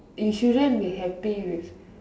you shouldn't be happy with